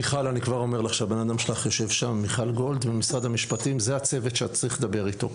מיכל גולד ממשרד המשפטים היא הבנאדם שצריך לדבר איתו.